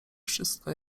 wszystko